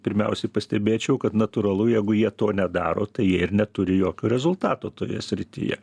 pirmiausiai pastebėčiau kad natūralu jeigu jie to nedaro tai jie ir neturi jokio rezultato toje srityje